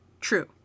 True